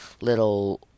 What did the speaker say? little